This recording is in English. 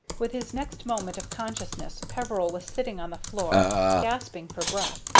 with his next moment of consciousness peveril was sitting on the floor gasping for breath,